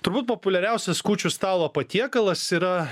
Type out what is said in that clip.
turbūt populiariausias kūčių stalo patiekalas yra